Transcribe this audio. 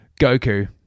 Goku